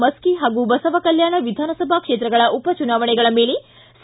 ಮಸ್ಕಿ ಹಾಗೂ ಬಸವಕಲ್ಯಾಣ ವಿಧಾನಸಭಾ ಕ್ಷೇತ್ರಗಳ ಉಪಚುನಾವಣೆಗಳ ಮೇಲೆ ಸಿ